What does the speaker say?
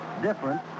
different